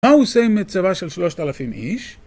מה הוא עושה עם צבא של 3,000 איש?